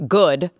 good